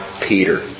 Peter